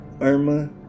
Irma